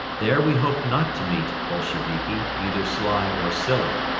there we hoped not to meet bolsheviki, either sly or silly.